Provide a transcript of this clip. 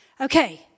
Okay